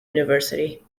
university